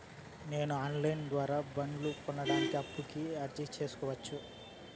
నేను online ద్వారా బండ్లు కొనడానికి అప్పుకి అర్జీ సేసుకోవచ్చా?